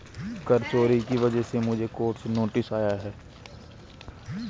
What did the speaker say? कर चोरी की वजह से मुझे कोर्ट से नोटिस आया है